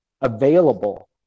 available